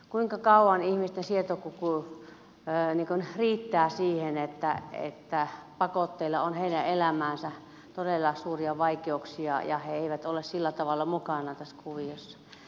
kuinka kauan ihmisten sietokyky riittää siihen että pakotteet tuovat heidän elämäänsä todella suuria vaikeuksia ja he eivät ole sillä tavalla mukana tässä kuviossa